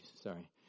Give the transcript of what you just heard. sorry